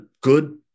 good